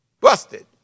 Busted